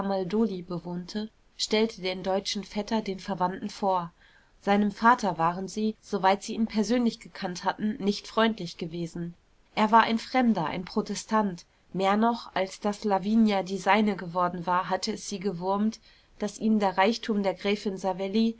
bewohnte stellte den deutschen vetter den verwandten vor seinem vater waren sie soweit sie ihn persönlich gekannt hatten nicht freundlich gewesen er war ein fremder ein protestant mehr noch als daß lavinia die seine geworden war hatte es sie gewurmt daß ihm der reichtum der gräfin savelli